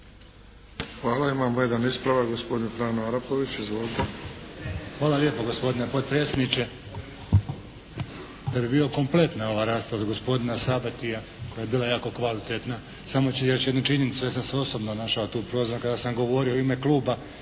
Hvala. Imamo jedan ispravak, gospodin Franjo Arapović. Izvolite. **Arapović, Franjo (HDZ)** Hvala lijepo, gospodine potpredsjedniče. Da bi bila kompletna ova rasprava gospodina Sabatija koja je bila jako kvalitetna samo ću još jednu činjenicu. Ja sam se osobno našao tu prozvan. Kada sam govorio u ime kluba